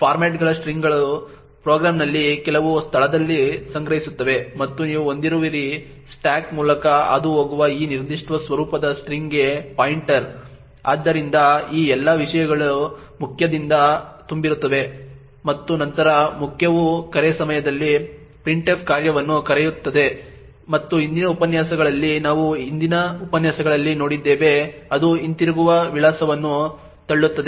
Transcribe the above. ಫಾರ್ಮ್ಯಾಟ್ಗಳು ಸ್ಟ್ರಿಂಗ್ಗಳು ಪ್ರೋಗ್ರಾಂನಲ್ಲಿ ಕೆಲವು ಸ್ಥಳದಲ್ಲಿ ಸಂಗ್ರಹಿಸುತ್ತವೆ ಮತ್ತು ನೀವು ಹೊಂದಿರುವಿರಿ ಸ್ಟಾಕ್ ಮೂಲಕ ಹಾದುಹೋಗುವ ಈ ನಿರ್ದಿಷ್ಟ ಸ್ವರೂಪದ ಸ್ಟ್ರಿಂಗ್ಗೆ ಪಾಯಿಂಟರ್ ಆದ್ದರಿಂದ ಈ ಎಲ್ಲಾ ವಿಷಯಗಳು ಮುಖ್ಯದಿಂದ ತುಂಬಿರುತ್ತವೆ ಮತ್ತು ನಂತರ ಮುಖ್ಯವು ಕರೆ ಸಮಯದಲ್ಲಿ printf ಕಾರ್ಯವನ್ನು ಕರೆಯುತ್ತದೆ ಮತ್ತು ಹಿಂದಿನ ಉಪನ್ಯಾಸಗಳಲ್ಲಿ ನಾವು ಹಿಂದಿನ ಉಪನ್ಯಾಸಗಳಲ್ಲಿ ನೋಡಿದ್ದೇವೆ ಅದು ಹಿಂತಿರುಗುವ ವಿಳಾಸವನ್ನು ತಳ್ಳುತ್ತದೆ